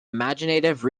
imaginative